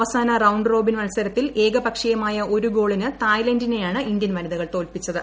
അവസാന റൌണ്ട്റോബിൻ മത്സരത്തിൽ ഏകപക്ഷീയമായ ഒരു ഗോളിന് തായ്ലാന്റിനെയാണ് ഇന്ത്യൻ വനിതകൾ തോൽപ്പിച്ചത്